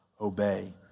obey